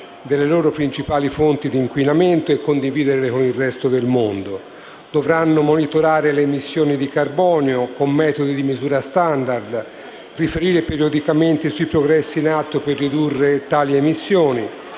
delle loro principali fonti di inquinamento e condividerle con il resto del mondo. Dovranno monitorare le emissioni di carbonio, con metodi di misura *standard*, e riferire periodicamente sui progressi in atto per ridurre tali emissioni.